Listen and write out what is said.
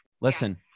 Listen